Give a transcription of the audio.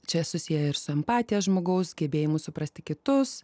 čia susiję ir su empatija žmogaus gebėjimu suprasti kitus